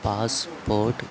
passport